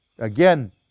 Again